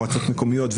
מקומיות,